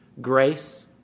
Grace